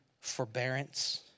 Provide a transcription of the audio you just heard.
Forbearance